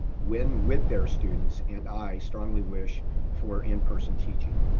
when with their students and i strongly wish for in person teaching.